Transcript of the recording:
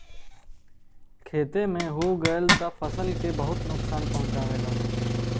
खेते में होई गयल त फसल के बहुते नुकसान पहुंचावेला